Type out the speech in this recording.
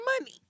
money